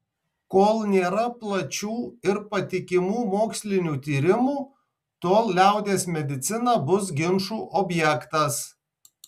kol nėra plačių ir patikimų mokslinių tyrimų tol liaudies medicina bus ginčų objektas